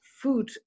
food